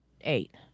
Eight